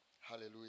Hallelujah